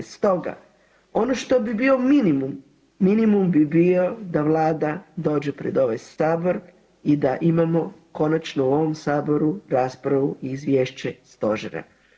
Stoga ono što bi bio minimum, minimum bi bio da Vlada dođe pred ovaj Sabor i da imamo konačno u ovom Saboru raspravu i Izvješće Stožera.